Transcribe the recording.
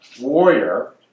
warrior